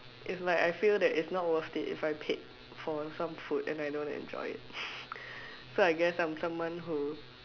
is like I feel that is not worth it if I paid for some food and I don't enjoy it so I guess I'm someone who